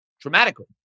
dramatically